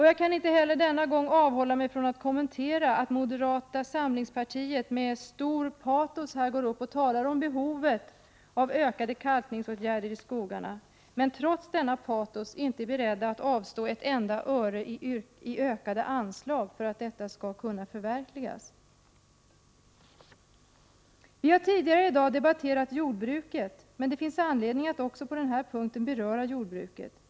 Jag kan inte heller denna gång avhålla mig från att kommentera att företrädare för moderata samlingspartiet med stort patos här går upp och talar om behovet av ökade kalkningsåtgärder i skogarna men trots detta patos inte är beredda att avstå ett enda öre i ökade anslag för att åtgärderna skall kunna genomföras. Vi har tidigare i dag debatterat jordbruket, men det finns anledning att beröra detta också på den här punkten.